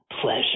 pleasure